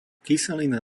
kyselina